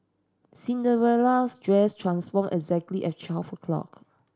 Cinderella's dress transformed exactly at twelve o' clock